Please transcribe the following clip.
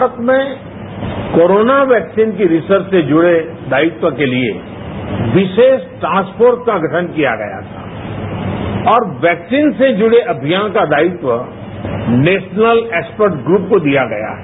भारत में corona vaccine के research से जुड़े दायित्व के लिए विशेष टास्क फोर्स का गठन किया गया है और वैक्सीन के जुड़े अभियान का दायित्व नेशनल एक्सपर्ट ग्रूप को दिया गया है